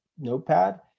notepad